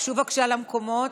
תיגשו בבקשה למקומות.